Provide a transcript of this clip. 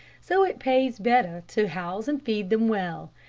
so it pays better to house and feed them well.